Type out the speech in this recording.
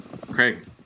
Craig